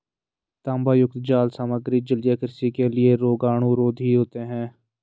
तांबायुक्त जाल सामग्री जलीय कृषि के लिए रोगाणुरोधी होते हैं